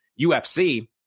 UFC